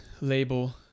label